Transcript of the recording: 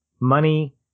money